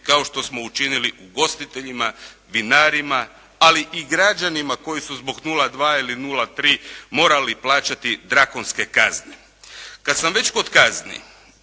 kao što smo učinili ugostiteljima, vinarima, ali i građanima koji su zbog 0,2 ili 0,3 morali plaćati drakonske kazne. Kad sam već kod kazni